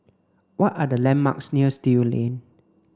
what are the landmarks near Still Lane